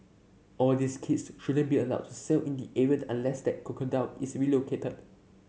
all these kids shouldn't be allowed to sail in the area unless that crocodile is relocated